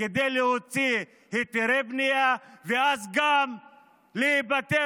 כדי להוציא היתרי בנייה וגם להיפטר